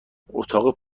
اتاق